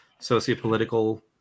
sociopolitical